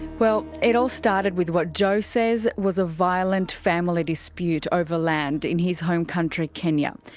well it all started with what joe says was a violent family dispute over land, in his home country, kenya.